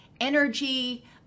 energy